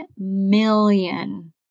million